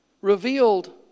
revealed